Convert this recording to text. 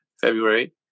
February